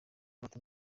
bato